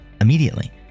immediately